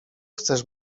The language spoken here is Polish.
chcesz